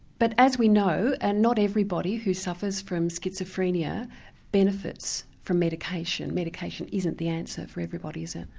but as we know and not everybody who suffers from schizophrenia benefits from medication. medication isn't the answer for everybody is it?